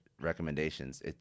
recommendations